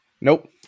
Nope